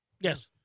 Yes